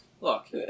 Look